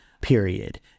period